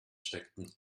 steckten